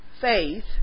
Faith